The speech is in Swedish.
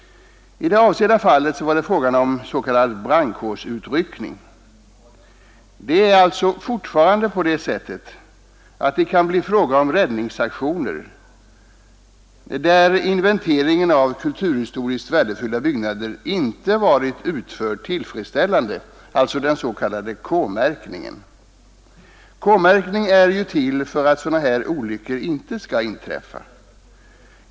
I det avsedda fallet var det fråga om s.k. brandkårsutryckning. Det kan alltså fortfarande bli fråga om räddningsaktioner, där inventeringen av kulturhistoriskt värdefulla byggnader inte har varit utförd tillfredsställande — den s.k. K-märkningen. K-märkningen är ju till för att sådana här olyckor inte skall inträffa.